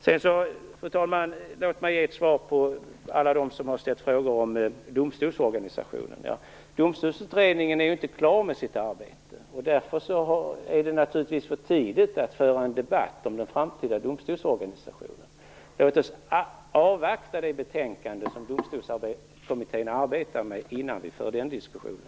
Fru talman! Som svar till alla dem som frågat om domstolsorganisationen vill jag säga följande. Domstolsutredningen är ännu inte klar med sitt arbete. Därför är det för tidigt att nu föra en debatt om den framtida domstolsorganisationen. Låt oss avvakta det betänkande som Domstolskommittén arbetar med för att därefter föra den diskussionen!